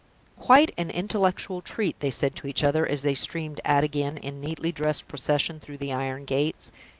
quite an intellectual treat! they said to each other, as they streamed out again in neatly dressed procession through the iron gates.